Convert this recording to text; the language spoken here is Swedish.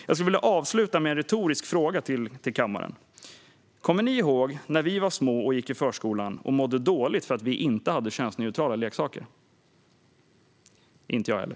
Jag vill avsluta med en retorisk fråga till kammaren: Kommer ni ihåg när vi var små och gick i förskolan och mådde dåligt för att vi inte hade könsneutrala leksaker? Det gör inte jag heller.